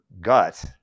gut